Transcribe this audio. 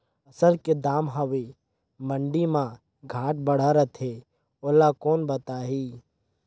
फसल के दम हवे मंडी मा घाट बढ़ा रथे ओला कोन बताही?